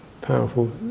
powerful